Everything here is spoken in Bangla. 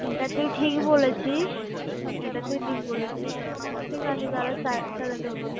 এটা তুই ঠিক বলেছিস এটা তুই ঠিক বলেছিস ঠিক আছে তাহলে স্যার তাহলে দেবো